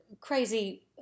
crazy